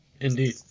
Indeed